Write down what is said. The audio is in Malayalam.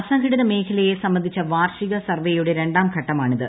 അസംഘടിത മേഖലയെ സ്ട്രബ്ദ്ധിച്ച വാർഷിക സർവേയുടെ രണ്ടാം ഘട്ടമാണിത്